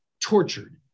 tortured